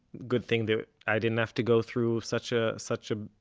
good thing that i didn't have to go through such a, such a,